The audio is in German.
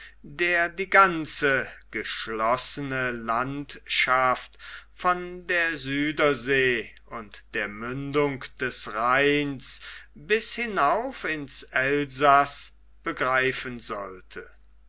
der die ganze geschlossene landschaft von der südersee und der mündung des rheins bis hinauf ins elsaß begreifen sollte